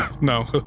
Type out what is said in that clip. No